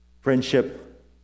Friendship